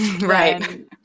Right